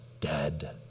dead